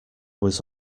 was